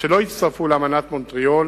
שלא הצטרפו לאמנת מונטריאול,